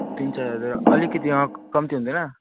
तिन चार हजार अलिकति कम्ती हुँदैन